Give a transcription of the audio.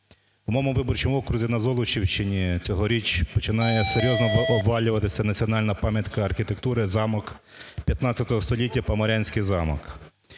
У моєму виборчому окрузі на Золочівщині цього річ починає серйозно обвалюватися національна пам'ятка архітектури – замок ХV століття, Поморянський замок.